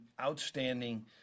outstanding